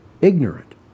ignorant